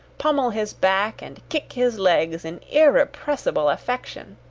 pommel his back, and kick his legs in irrepressible affection!